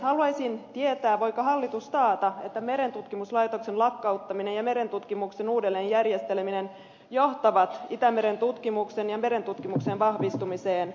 haluaisin tietää voiko hallitus taata että merentutkimuslaitoksen lakkauttaminen ja merentutkimuksen uudelleen järjesteleminen johtavat itämeren tutkimuksen ja merentutkimuksen vahvistumiseen